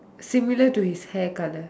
similar to his hair colour